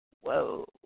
whoa